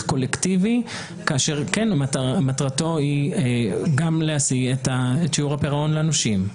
קולקטיבי כאשר מטרתו היא גם להשיא את שיעור הפירעון לנושים.